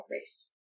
race